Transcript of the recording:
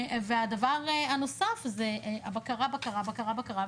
והדבר הנוסף זה בקרה, בקרה, בקרה, בקרה.